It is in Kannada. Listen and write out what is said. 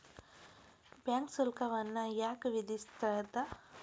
ಬ್ಯಾಂಕ್ ಶುಲ್ಕವನ್ನ ಯಾಕ್ ವಿಧಿಸ್ಸ್ತದ?